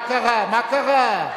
רבותי, מה קרה?